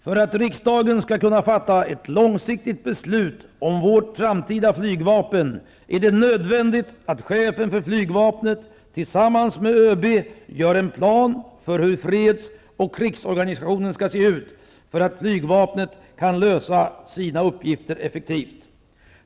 För att riksdagen skall kunna fatta ett långsiktigt beslut om vårt framtida flygvapen är det nödvändigt att chefen för flygvapnet tillsammans med ÖB gör en plan för hur freds och krigsorganisationen skall se ut för att flygvapnet skall kunna lösa sina uppgifter effektivt.